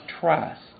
trust